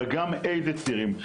אלא גם איזה צעירים,